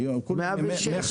היום כולם ב-150,000,